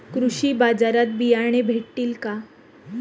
कृषी बाजारात बियाणे भेटतील का?